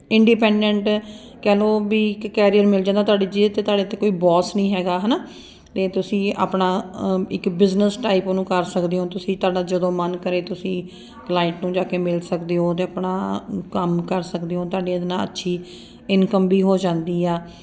independent ਕਹਿ ਲਓ ਵੀ ਇੱਕ ਕੈਰੀਅਰ ਮਿਲ ਜਾਂਦਾ ਤੁਹਾਡੀ ਜਿਹਦੇ 'ਤੇ ਤੁਹਾਡੇ 'ਤੇ ਕੋਈ ਬੋਸ ਨਹੀਂ ਹੈਗਾ ਹੈ ਨਾ ਅਤੇ ਤੁਸੀਂ ਆਪਣਾ ਇੱਕ ਬਿਜ਼ਨਸ ਟਾਈਪ ਉਹਨੂੰ ਕਰ ਸਕਦੇ ਹੋ ਤੁਸੀਂ ਤੁਹਾਡਾ ਜਦੋਂ ਮਨ ਕਰੇ ਤੁਸੀਂ ਕੰਲਾਈਟ ਨੂੰ ਜਾ ਕੇ ਮਿਲ ਸਕਦੇ ਹੋ ਅਤੇ ਆਪਣਾ ਕੰਮ ਕਰ ਸਕਦੇ ਹੋ ਤੁਹਾਡੀ ਇਹਦੇ ਨਾਲ ਅੱਛੀ ਇਨਕਮ ਵੀ ਹੋ ਜਾਂਦੀ ਆ